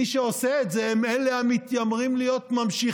מי שעושה את זה הם אלה המתיימרים להיות ממשיכיהם